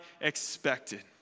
expected